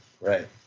Right